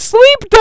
Sleep